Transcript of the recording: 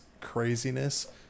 craziness